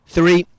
Three